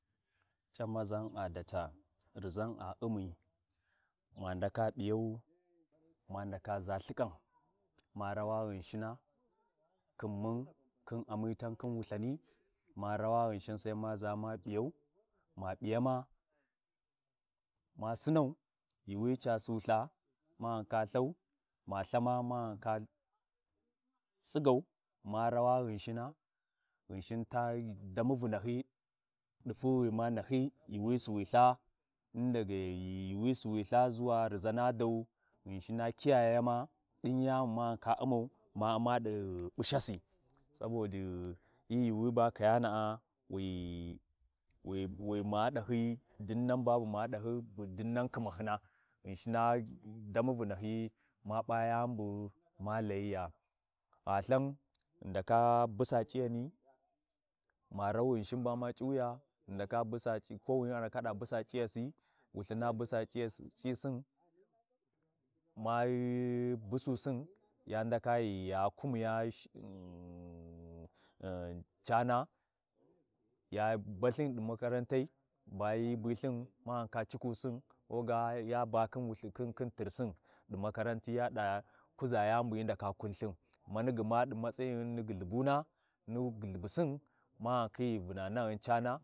Fii wi mbani gaɗi-ɗi rayuwi tu, ɗi duniyi cina’a, ɗin fii ci ca U’mmi, wu ndaka Umma ti ƙiLthakai, ghamana kwa khin wuyani bu wu ndaka ka Umma dai, ko tsuwari ba wu haliya, wu C’ighi wu hali ghiii ai yau nʒalthinʒalthin dai wu ndab ghii vyusi ɗi tsuwara wa ʒha ɗi tsuwai ghingi wa ƙilla subana, subana yaba P’awi ya ɗawu murnana, yaɓa ae fi Juɓɓun raa ba hyi Vurɗi Ibrahin, taba ta ƙilla Subana fakau, ahh mun gwan ghi ndakau, gyamuna ɗa kuʒa ghiya ya munɗa naha, mun gwan mun ɗawi, mun ɗawi murni vurɗakasi, bu hyi Vurɗayi ɗi jibbu raa.